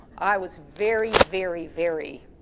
i was very, very, very,